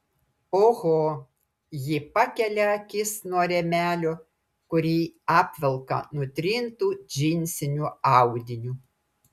oho ji pakelia akis nuo rėmelio kurį apvelka nutrintu džinsiniu audiniu